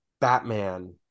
Batman